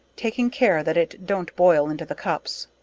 taking care that it don't boil into the cups.